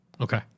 okay